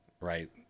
right